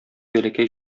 бәләкәй